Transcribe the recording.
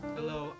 Hello